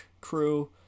crew